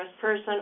person